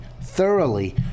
thoroughly